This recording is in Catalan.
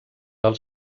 del